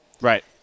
right